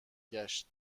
گشت